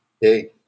Hey